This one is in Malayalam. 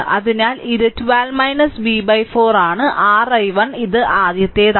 അതിനാൽ ഇത് 12 v 4 ആണ് r i1 ഇത് ആദ്യത്തേതാണ്